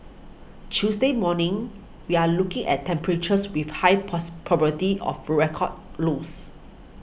Tuesday morning we're looking at temperatures with very high pass probability of record lose